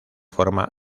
forma